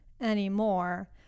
anymore